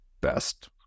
best